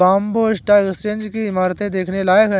Bombay stock exchange की इमारत देखने लायक है